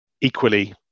equally